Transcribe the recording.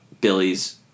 Billy's